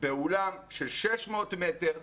באולם של 600 מטר.